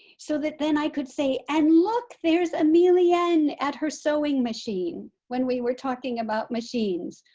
so that then i could say and look there's emelian at her sewing machine, when we were talking about machines.